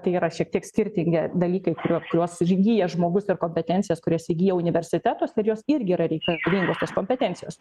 tai yra šiek tiek skirtingi dalykai ku kuriuos įgyja žmogus ir kompetencijas kurias įgija universiteto studijos irgi yra reikalingos tos kompetencijos